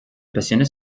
passionnait